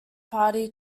party